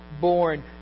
born